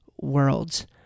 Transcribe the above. worlds